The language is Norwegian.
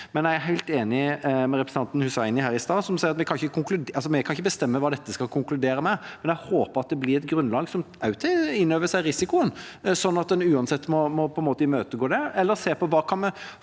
Jeg er helt enig med representanten Hussaini, som sier at vi ikke kan bestemme hva utvalget skal konkludere med, men jeg håper at det blir et grunnlag der man også tar inn over seg risikoen, sånn at en uansett på en måte må